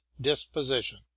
disposition